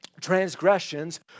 transgressions